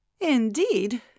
Indeed